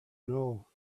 know